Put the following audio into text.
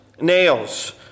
Nails